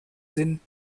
sinn